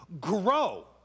grow